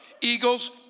Eagles